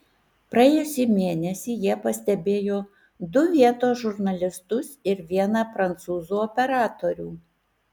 praėjusį mėnesį jie pastebėjo du vietos žurnalistus ir vieną prancūzų operatorių